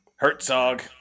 Hertzog